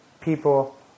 People